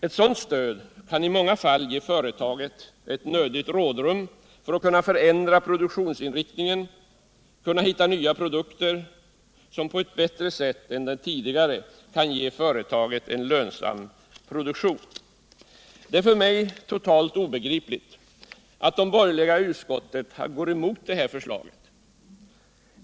Ett sådant stöd kan i många fall ge varven ett nödvändigt rådrum för att kunna förändra produktionsinriktningen och hitta nya produkter, som på ett bättre sätt än de tidigare kan ge företaget en lönsam produktion. Det är för mig totalt obegripligt att de borgerliga i utskottet går emot det här förslaget.